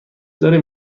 داریم